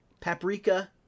paprika